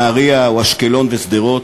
נהריה או אשקלון ושדרות,